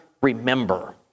remember